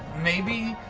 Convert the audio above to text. maybe?